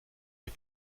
des